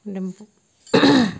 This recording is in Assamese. ডিম্পু